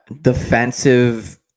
defensive